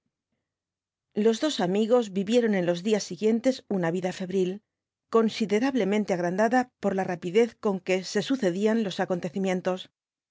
los dos amigos vivieron en los días siguientes na tida febril considerablemente agrandada por la rapidez con que se sucedían los acontecimientos